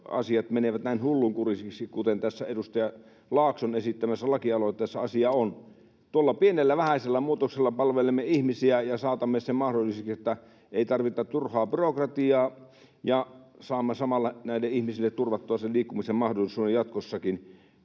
— menevät näin hullunkurisiksi, kuten tässä edustaja Laakson esittämässä lakialoitteessa asia on. Tuolla pienellä, vähäisellä muutoksella palvelemme ihmisiä ja saatamme mahdolliseksi sen, että ei tarvita turhaa byrokratiaa ja saamme samalla näille ihmisille turvattua sen liikkumisen mahdollisuuden jatkossakin.